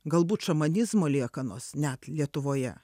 galbūt šamanizmo liekanos net lietuvoje